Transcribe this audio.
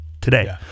today